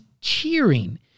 cheering